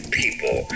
people